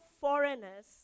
foreigners